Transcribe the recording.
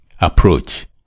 approach